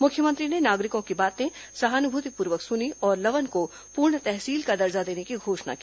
मुख्यमंत्री ने नागरिकों की बातें सहानुभूतिपूर्वक सुनीं और लवन को पूर्ण तहसील का दर्जा देने की घोषणा की